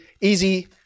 easy